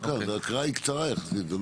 ההקראה היא קצרה יחסית.